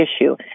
issue